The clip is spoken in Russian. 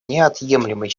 неотъемлемой